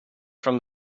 from